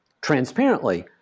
transparently